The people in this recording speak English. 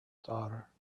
daughter